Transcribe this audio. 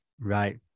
Right